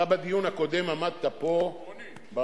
אתה עמדת פה בדיון הקודם,